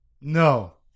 no